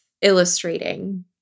illustrating